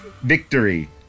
Victory